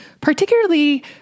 particularly